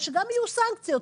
ושגם יהיו סנקציות,